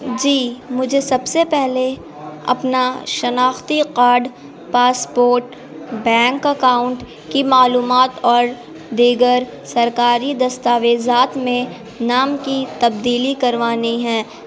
جی مجھے سب سے پہلے اپنا شناختی قارڈ پاسپورٹ بینک اکاؤنٹ کی معلومات اور دیگر سرکاری دستاویزات میں نام کی تبدیلی کروانی ہے